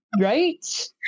Right